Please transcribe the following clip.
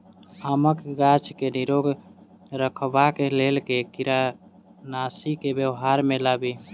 आमक गाछ केँ निरोग रखबाक लेल केँ कीड़ानासी केँ व्यवहार मे लाबी?